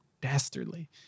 Dastardly